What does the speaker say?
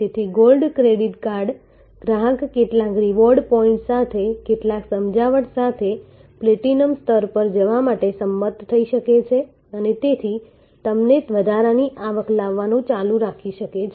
તેથી gold credit card ગ્રાહક કેટલાક રિવોર્ડ પોઈન્ટ્સ સાથે કેટલાક સમજાવટ સાથે પ્લેટિનમ સ્તર પર જવા માટે સંમત થઈ શકે છે અને તેથી તમને વધારાની આવક લાવવાનું ચાલુ રાખી શકે છે